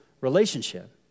relationship